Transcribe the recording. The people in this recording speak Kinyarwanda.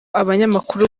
abanyamakuru